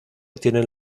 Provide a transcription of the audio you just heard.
tienen